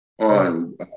on